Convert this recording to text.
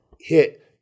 hit